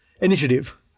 initiative